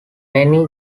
many